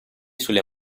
sulle